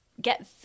get